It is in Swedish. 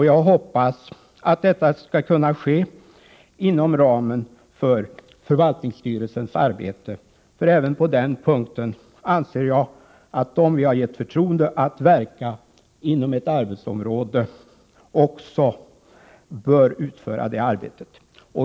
Jag hoppas att detta skall kunna ske inom ramen för förvaltningsstyrelsens arbete, för även på den punkten anser jag att de som har fått vårt förtroende att verka inom ett arbetsområde också bör utföra det arbetet.